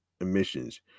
emissions